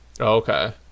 Okay